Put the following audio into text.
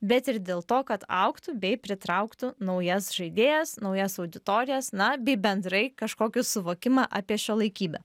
bet ir dėl to kad augtų bei pritrauktų naujas žaidėjas naujas auditorijas na bei bendrai kažkokį suvokimą apie šiuolaikybę